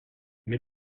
mais